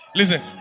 Listen